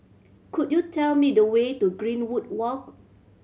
could you tell me the way to Greenwood Walk